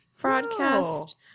broadcast